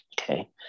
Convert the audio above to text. Okay